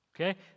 Okay